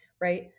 right